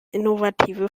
innovative